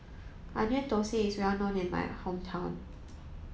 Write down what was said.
Onion Thosai is well known in my hometown